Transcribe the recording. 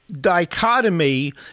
dichotomy